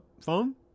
phone